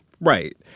Right